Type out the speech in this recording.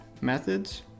methods